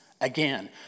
again